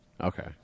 Okay